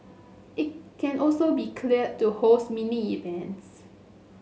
it can also be cleared to host mini events